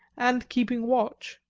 and keeping watch.